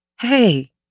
Hey